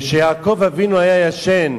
כשיעקב אבינו היה ישן,